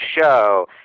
show